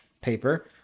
paper